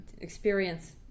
Experience